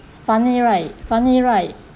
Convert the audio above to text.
funny right funny right